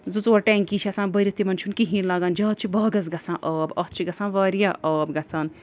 زٕ ژور ٹٮ۪نٛکی چھِ آسان بٔرِتھ تِمَن چھُنہٕ کِہیٖنۍ لگان زیادٕ چھِ باغَس گژھان آب اَتھ چھِ گَژھان واریاہ آب گَژھان